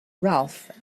ralph